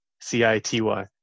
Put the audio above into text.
C-I-T-Y